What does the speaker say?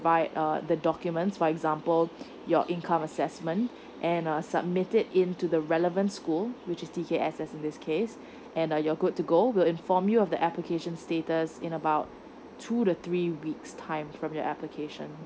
provide the documents for example your income assessment and submit it into the relevant school which is T_K_S_S in this case and you're good to go we will inform you of the application status in about two to three weeks time from your application